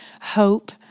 hope